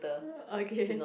okay